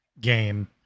game